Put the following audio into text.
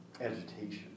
agitation